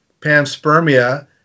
panspermia